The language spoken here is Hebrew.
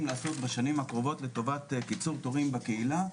לעשות בשנים הקרובות לטובת קיצור תורים בקהילה.